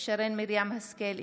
שרן מרים השכל,